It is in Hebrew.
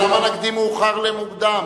למה נקדים מאוחר למוקדם,